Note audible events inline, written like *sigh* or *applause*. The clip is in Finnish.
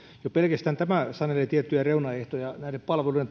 jo pelkästään tämä sanelee tiettyjä reunaehtoja näiden palveluiden *unintelligible*